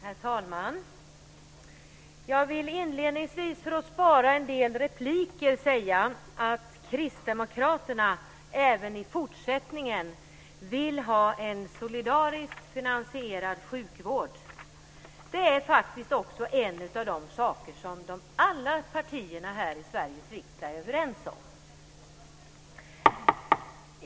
Herr talman! Jag vill inledningsvis, för att spara en del repliker, säga att Kristdemokraterna även i fortsättningen vill ha en solidariskt finansierad sjukvård. Det är faktiskt en av de saker som alla partier här i riksdagen är överens om.